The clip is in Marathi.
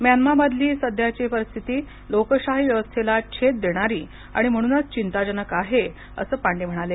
म्यान्मा मधली सध्याची परिस्थिती लोकशाही व्यवस्थेला छेद देणारी आणि म्हणुनच चिंताजनक आहे असं पांडे म्हणाले